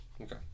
Okay